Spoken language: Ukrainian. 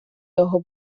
його